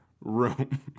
Room